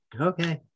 okay